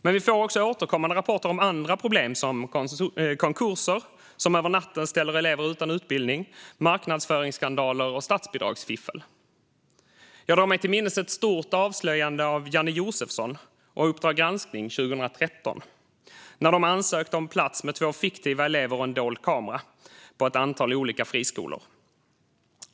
Men vi får också återkommande rapporter om andra problem, till exempel konkurser som över natten ställer elever utan utbildning, marknadsföringsskandaler och statsbidragsfiffel. Jag drar mig till minnes ett stort avslöjande av Janne Josefsson och Uppdrag granskning 2013. De ansökte om plats för två fiktiva elever och tog med en dold kamera till ett antal olika friskolor.